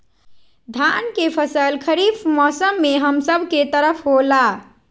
धान के फसल खरीफ मौसम में हम सब के तरफ होला